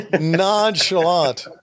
nonchalant